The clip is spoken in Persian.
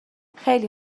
خیلی